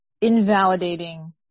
invalidating